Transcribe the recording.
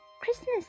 Christmas